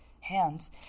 hands